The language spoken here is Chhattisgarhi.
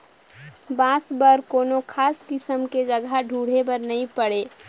बांस बर कोनो खास किसम के जघा ढूंढे बर नई पड़े